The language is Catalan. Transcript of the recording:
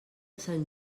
sant